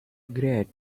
great